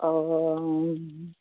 ᱚ ᱦᱩᱸ